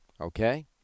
okay